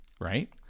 right